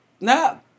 No